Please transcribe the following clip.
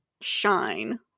shine